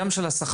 גם של השכר,